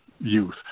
youth